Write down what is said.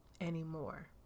anymore